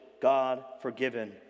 God-forgiven